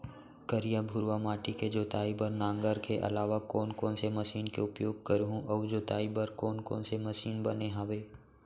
करिया, भुरवा माटी के जोताई बर नांगर के अलावा कोन कोन से मशीन के उपयोग करहुं अऊ जोताई बर कोन कोन से मशीन बने हावे?